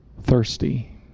thirsty